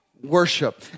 Worship